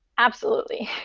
absolutely.